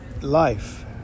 life